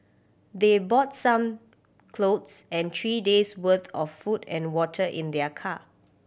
they bought some clothes and three days' worth of food and water in their car